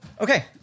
Okay